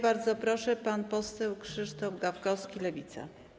Bardzo proszę, pan poseł Krzysztof Gawkowski, Lewica.